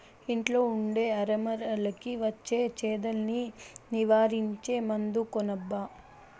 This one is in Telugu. ఇంట్లో ఉండే అరమరలకి వచ్చే చెదల్ని నివారించే మందు కొనబ్బా